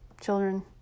children